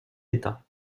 état